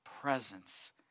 presence